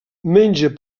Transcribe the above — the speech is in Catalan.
menja